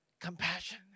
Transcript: compassion